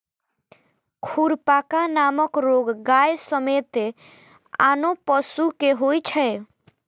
खुरपका नामक रोग गाय समेत आनो पशु कें होइ छै